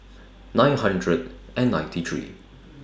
nine hundred and ninety three